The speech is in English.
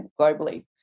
globally